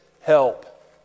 help